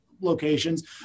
locations